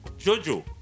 jojo